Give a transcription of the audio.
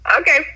Okay